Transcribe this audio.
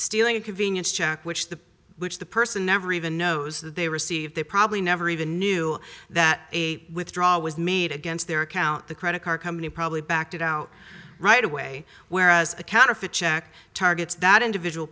stealing convenience check which the which the person never even knows that they received they probably never even knew that a withdraw was made against their account the credit card company probably backed it out right away whereas a counterfeit check targets that individual